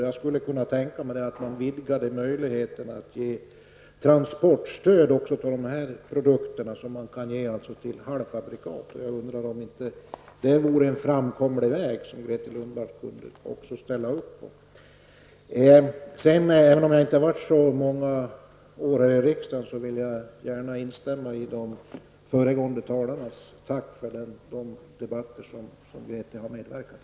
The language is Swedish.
Jag skulle kunna tänka mig vidgade möjligheter för företagen att få transportstöd också för sådana här produkter -- transportstöd kan ju beviljas beträffande halvfabrikat. Jag undrar om det inte vore en framkomlig väg och om det inte är en väg som också Grethe Lundblad skulle kunna säga ja till. Jag har inte suttit med särskilt många år här i riksdagen. Men jag instämmer gärna i föregående talares tack till Grethe Lundblad för hennes medverkan i olika debatter här.